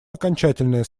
окончательная